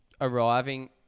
arriving